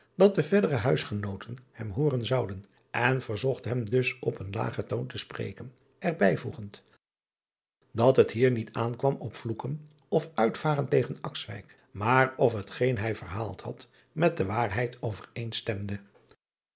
dat de verdere huisgenooten hem hooren zouden en verzocht hem dus op een lager toon te spreken er bijvoegende at het hier niet aankwam op vloeken of uitvaren tegen maar of het geen hij verhaald had met de waarheid overeenstemde